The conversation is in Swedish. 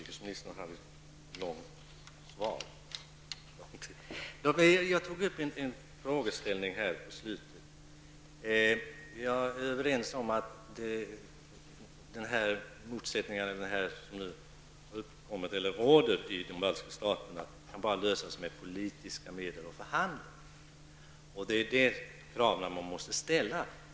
Herr talman! Jag är överens med utrikesministern om att de motsättningar som nu råder i de baltiska republikerna endast kan lösas med politiska medel och genom förhandlingar.